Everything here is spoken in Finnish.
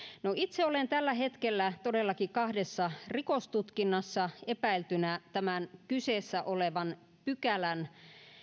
no itse olen tällä hetkellä todellakin kahdessa rikostutkinnassa epäiltynä tämän kyseessä olevan pykälän